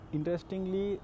Interestingly